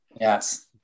Yes